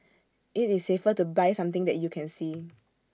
IT is safer to buy something that you can see